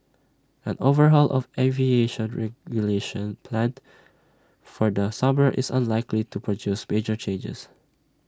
an overhaul of aviation regulation planned for the summer is unlikely to produce major changes